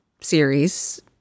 series